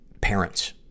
parents